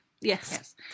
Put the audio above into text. Yes